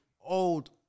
old